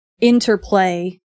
interplay